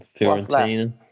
Fiorentina